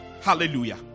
Hallelujah